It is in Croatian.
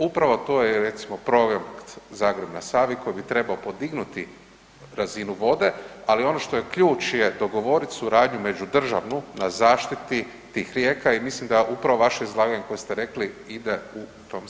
Upravo to je recimo projekt Zagreb na Savi koji bi trebao podignuti razinu vode, ali ono što je ključ je, dogovoriti suradnju međudržavnu na zaštiti tih rijeka i mislim da upravo vaše izlaganje koje ste rekli ide u tom smjeru.